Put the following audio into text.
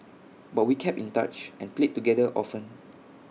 but we kept in touch and played together often